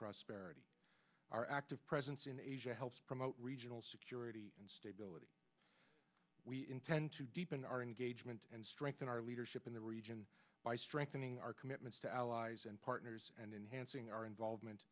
prosperity our active presence in asia helps promote regional security and stability we intend to deepen our engagement and strengthen our leadership in the region by strengthening our commitments to allies and partners and enhancing our involvement